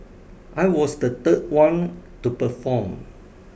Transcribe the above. I was the third one to perform